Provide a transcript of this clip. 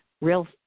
real